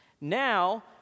Now